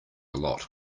lot